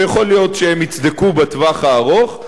ויכול להיות שהם יצדקו בטווח הארוך,